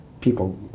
people